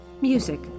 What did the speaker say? Music